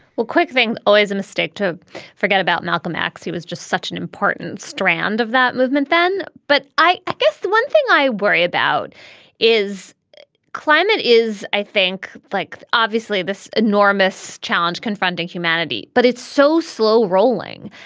well, quick thing, always a mistake to forget about malcolm x. he was just such an important strand of that movement then. but i guess one thing i worry about is climate is i think like obviously this enormous challenge confronting humanity but it's so slow rolling,